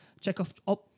check-off